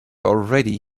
already